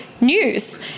News